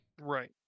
Right